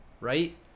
right